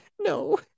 no